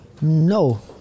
No